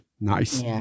nice